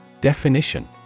Definition